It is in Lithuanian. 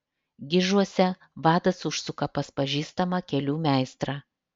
gižuose vadas užsuka pas pažįstamą kelių meistrą